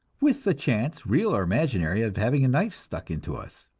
with the chance, real or imaginary, of having a knife stuck into us.